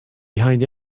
behind